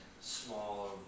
smaller